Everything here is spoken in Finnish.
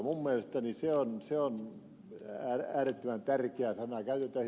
käytetään sitä sitten enempi tai vähempi niin salailu pois